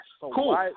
Cool